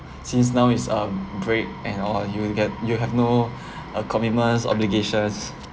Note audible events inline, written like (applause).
since now is uh break and all you'll get you have no (breath) uh commitments obligations